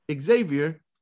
Xavier